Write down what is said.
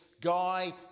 guy